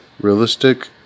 Realistic